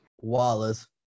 Wallace